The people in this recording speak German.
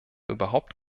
überhaupt